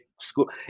school